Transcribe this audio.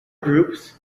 groups